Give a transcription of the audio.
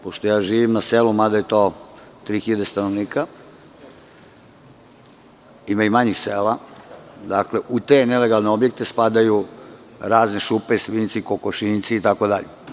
Pošto ja živim na selu, tu je negde oko 3.000 stanovnika, ima i manjih sela, u te nelegalne objekte spadaju i razne šupe, svinjci, kokošinjci, itd.